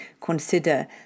consider